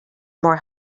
more